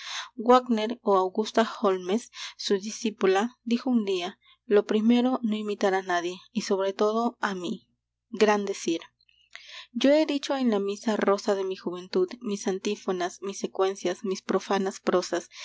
wagner a augusta holmés su discípula dijo un día lo primero no imitar a nadie y sobre todo a mí gran decir yo he dicho en la misa rosa de mi juventud mis antífonas mis secuencias mis profanas prosas